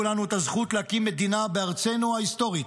לנו את הזכות להקים מדינה בארצנו ההיסטורית,